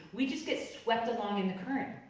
we just get swept along in the current.